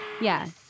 Yes